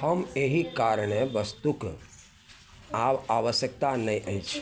हम एहि कारणे वस्तुके आब आवश्यकता नहि अछि